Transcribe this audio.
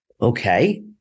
okay